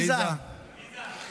עליזה, יש לך פה פנייה.